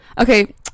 Okay